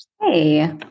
hey